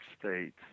States